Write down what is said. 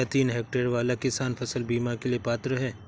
क्या तीन हेक्टेयर वाला किसान फसल बीमा के लिए पात्र हैं?